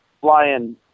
flying